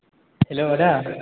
hello आदा